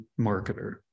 marketer